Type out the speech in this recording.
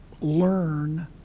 learn